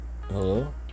Hello